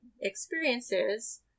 experiences